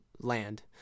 land